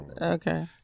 Okay